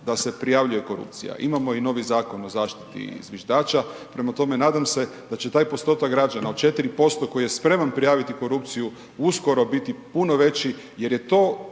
da se prijavljuje korupcija, imamo i novi Zakona o zaštiti zviždača, prema tome nadam se da će taj postotak građa od 4% koji je spreman prijaviti korupciju, uskoro biti puno veći jer je to